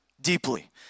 Deeply